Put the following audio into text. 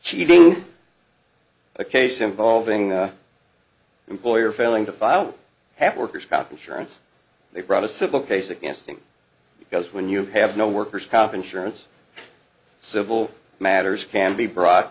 cheating a case involving employer failing to file have worker's comp insurance they brought a civil case against him because when you have no worker's comp insurance civil matters can be brought